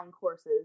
courses